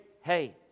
hey